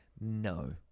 No